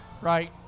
right